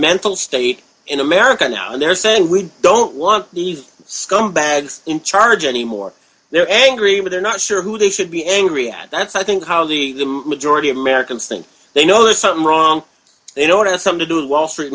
mental state in america now they're saying we don't want these scumbags in charge anymore they're angry but they're not sure who they should be angry that's i think how the majority of americans think they know there's something wrong they don't have some to do wall street